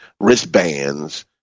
wristbands